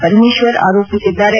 ಪರಮೇಶ್ವರ್ ಆರೋಪಿಸಿದ್ದಾರೆ